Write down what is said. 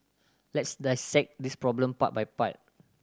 let's dissect this problem part by part